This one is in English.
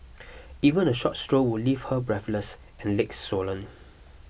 even a short stroll would leave her breathless and legs swollen